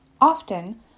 Often